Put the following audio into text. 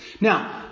Now